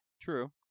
True